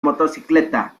motocicleta